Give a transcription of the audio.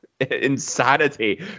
Insanity